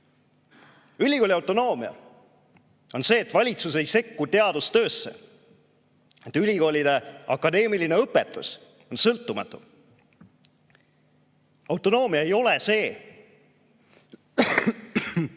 Ülikooli autonoomia on see, et valitsus ei sekku teadustöösse, et ülikoolide akadeemiline õpetus on sõltumatu. Autonoomia ei ole see, et riik ei või kehtestada